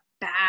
bad